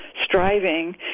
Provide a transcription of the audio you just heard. striving